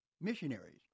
missionaries